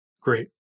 Great